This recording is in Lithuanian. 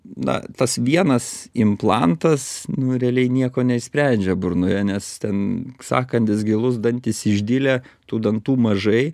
na tas vienas implantas nu realiai nieko neišsprendžia burnoje nes ten sąkandis gilus dantys išdilę tų dantų mažai